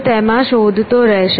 તે તેમાં શોધતો રહેશે